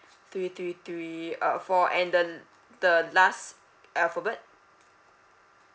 three three three uh four and the the last alphabet